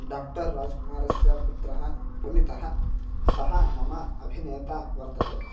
doctor राजकुमारस्य पुत्रः पुनितः सः मम अभिनेता वर्तते